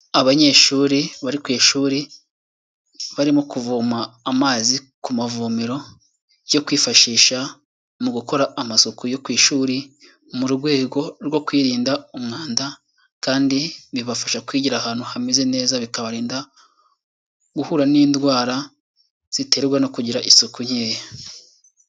Abanyeshuri bari ku ishuri, barimo kuvoma amazi ku mavomero yo kwifashisha mu gukora amasuku yo ku ishuri, mu rwego rwo kwirinda umwanda kandi bibafasha kwigira ahantu hameze neza, bikabarinda guhura n'indwara ziterwa no kugira isuku nkeya.